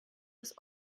ist